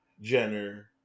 Jenner